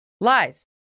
Lies